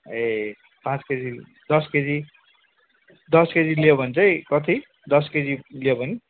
ए पाँच केजी दस केजी दस केजी लियो भने चाहिँ कति दस केजी लियो भने